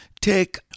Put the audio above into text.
take